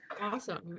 awesome